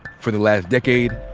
for the last decade,